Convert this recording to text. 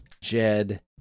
Jed